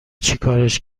چیکارش